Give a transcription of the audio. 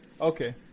Okay